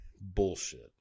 bullshit